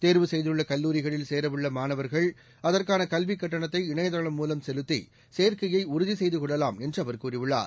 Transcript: தேர்வு செய்துள்ள கல்லூரிகளில் சேரவுள்ள மாணவர்கள் அதற்கான கல்விக் கட்டணத்தை இணையதளம் மூலம் செலுத்தி சேர்க்கையை உறுதி செய்து கொள்ளலாம் என்று அவர் கூறியுள்ளார்